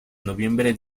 noviembre